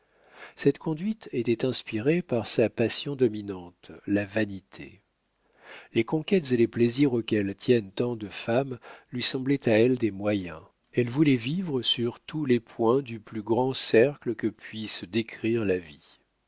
cette conduite était inspirée par sa passion dominante la vanité les conquêtes et les plaisirs auxquels tiennent tant de femmes lui semblaient à elle des moyens elle voulait vivre sur tous les points du plus grand cercle que puisse décrire la vie